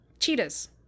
cheetahs